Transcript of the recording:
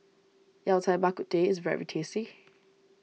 Yao Cai Bak Kut Teh is very tasty